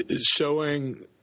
showing